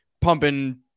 pumping